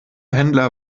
händler